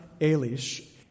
Elish